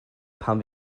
pan